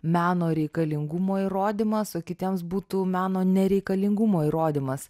meno reikalingumo įrodymas o kitiems būtų meno nereikalingumo įrodymas